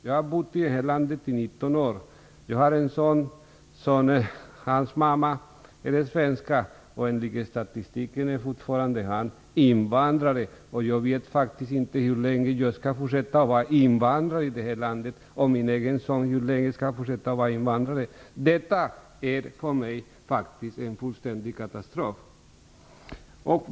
Jag har bott i detta land i 19 år och har en son, vars mamma är svenska. Enligt statistiken är han fortfarande invandrare. Jag vet inte hur länge jag och min son skall fortsätta att vara invandrare i detta land. Detta är för mig en fullständig katastrof.